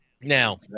Now